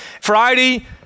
Friday